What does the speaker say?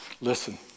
Listen